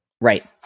right